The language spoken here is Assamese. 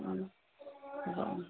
হ'ব